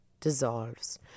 dissolves